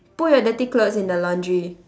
put your dirty clothes in the laundry